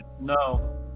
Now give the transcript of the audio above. No